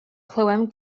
clywem